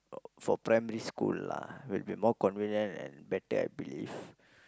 for primary school lah will be more convenient and better I believe